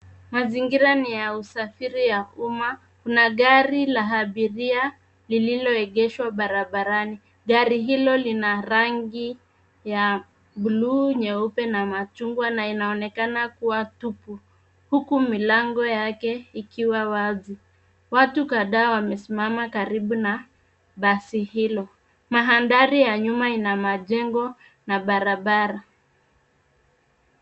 Mazingira ni ya usafiri ya umma. Kuna gari la abiria lililoegeshwa barabarani. Gari hilo lina rangi ya buluu nyeupe na machungwa na inaonekana kuwa tupu. Huku milango yake ikiwa wazi. Watu kadhaa wamesimama karibu na basi hilo. Mandhari ya nyuma ina majengo na barabara.